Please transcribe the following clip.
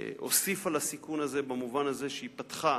הוסיפה לסיכון הזה במובן הזה שהיא פתחה